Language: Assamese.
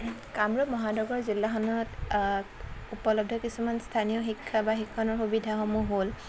কামৰূপ মহানগৰ জিলাখনত উপলব্ধ কিছুমান স্থানীয় শিক্ষা বা শিকণৰ সুবিধাসমূহ হ'ল